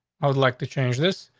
i would like to change this,